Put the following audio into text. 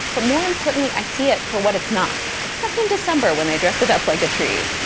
but more importantly, i see it for what it's not, except in december, when they dress it up like a tree.